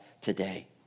today